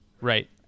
Right